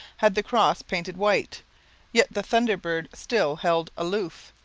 had the cross painted white yet the thunder-bird still held aloof,